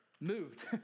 moved